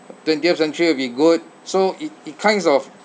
twentieth century will be good so it it kinds of